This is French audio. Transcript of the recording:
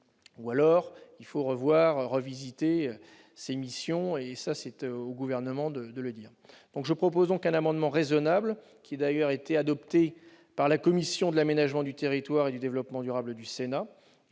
Ou alors, il faut redéfinir ces missions, et c'est au Gouvernement de le faire ! Je propose un amendement raisonnable, qui a d'ailleurs été adopté par la commission de l'aménagement du territoire et du développement durable du Sénat.